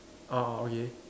orh orh okay